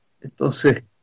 entonces